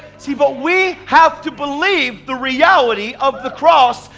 see, but we have to believe the reality of the cross,